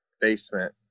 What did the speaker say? basement